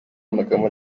amagambo